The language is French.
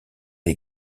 les